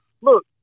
Look